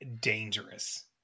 dangerous